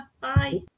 bye